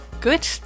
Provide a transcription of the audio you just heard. Good